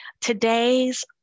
Today's